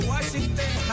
Washington